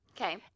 Okay